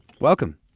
Welcome